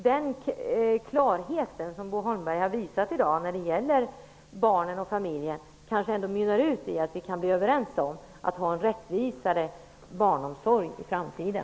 Den klarhet som Bo Holmberg visat i dag när det gäller barnen och familjen kanske mynnar ut i att vi kan komma överens om en rättvisare barnomsorg i framtiden.